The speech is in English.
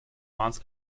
once